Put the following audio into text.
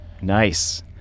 Nice